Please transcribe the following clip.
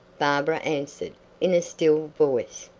barbara answered in a still voice.